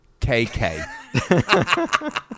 KK